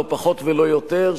לא פחות ולא יותר,